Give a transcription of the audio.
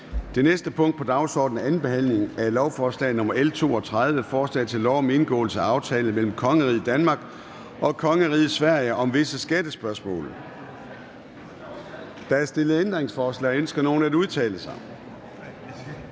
Det næste punkt på dagsordenen er: 4) 2. behandling af lovforslag nr. L 32: Forslag til lov om indgåelse af aftale mellem Kongeriget Danmark og Kongeriget Sverige om visse skattespørgsmål. Af skatteministeren (Rasmus